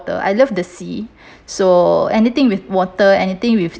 I love the sea so anything with water anything with